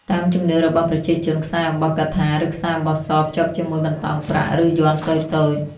តាមជំនឿរបស់ប្រជាជន ខ្សែអំបោះកថា ឬខ្សែអំបោះស ភ្ជាប់ជាមួយបន្តោងប្រាក់ ឬយ័ន្តតូចៗ។